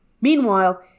Meanwhile